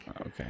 Okay